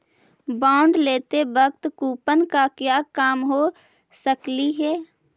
bond लेते वक्त coupon का क्या काम हो सकलई हे